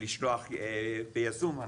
לשלוח ביזום.